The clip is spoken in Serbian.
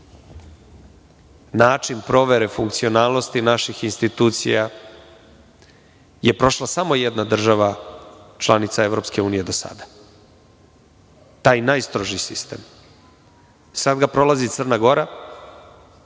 način provere funkcionalnosti naših institucija je prošla samo jedna država članica EU do sada. Taj najstrožiji sistem. Sad ga prolazi Crna Gora,